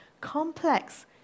complex